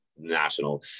national